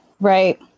Right